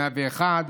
101,